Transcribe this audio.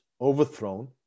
overthrown